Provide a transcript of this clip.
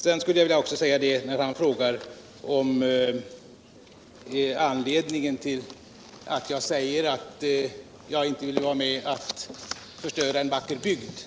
Sedan skulle jag också vilja säga vad beträffar anledningen till att jag inte vill vara med om att förstöra en vacker bygd,